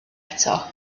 eto